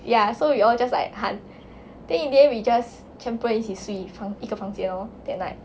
ya so we all just like 喊 then in the end we just 全部人一起睡一个房间咯 then like